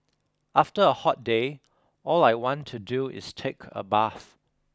after a hot day all I want to do is take a bath